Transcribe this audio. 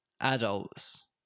adults